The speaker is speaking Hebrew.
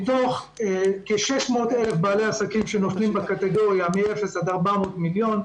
מתוך כ-600 אלף בעלי עסקים שנמצאים בקטגוריה מ-0 עד 400 מיליון,